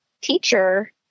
teacher